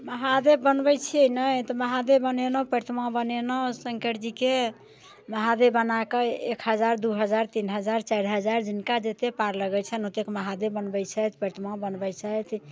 महादेव बनबैत छियै ने तऽ महादेव बनेलहुँ प्रतिमा बनेलहुँ शङ्करजीकेँ महादेव बनाके एक हजार दू हजार तीन हजार चारि हजार जिनका जतेक पार लगैत छनि ओतेक महादेव बनबैत छथि प्रतिमा बनबैत छथि